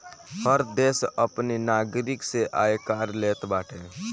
हर देस अपनी नागरिक से आयकर लेत बाटे